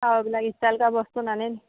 আৰু এইবিলাক ষ্টাইল কৰা বস্তু নানে নেকি